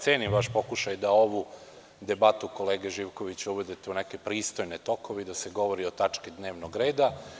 Cenim vaš pokušaj da ovu debatu kolege Živkovića uvedete u neke pristojne tokove i da se govori o tački dnevnog reda.